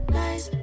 nice